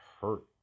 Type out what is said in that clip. hurt